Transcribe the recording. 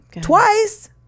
Twice